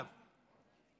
אגב,